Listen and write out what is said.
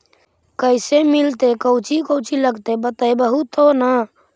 कैसे मिलतय कौची कौची लगतय बतैबहू तो न?